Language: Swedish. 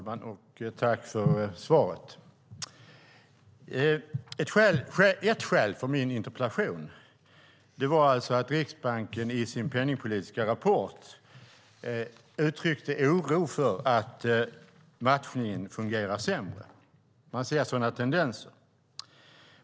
Fru talman! Jag tackar för svaret. Ett skäl till min interpellation är att Riksbanken i sin penningpolitiska rapport uttryckte oro för att matchningen fungerar sämre. Man ser sådana tendenser.